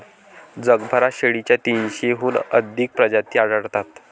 जगभरात शेळीच्या तीनशेहून अधिक प्रजाती आढळतात